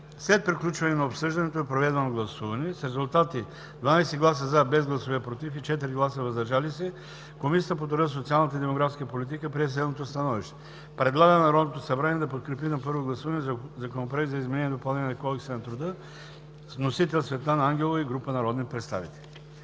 След приключване на обсъждането и проведеното гласуване с резултати 12 гласа „за”, без гласове „против” и 4 гласа „въздържали се” Комисията по труда, социалната и демографската политика прие следното становище: Предлага на Народното събрание да подкрепи на първо гласуване Законопроекта за изменение на Кодекса на труда с вносител Светлана Ангелова и група народни представители.”